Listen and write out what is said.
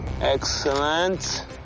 Excellent